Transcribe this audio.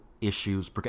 issues